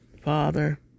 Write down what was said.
Father